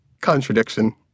Contradiction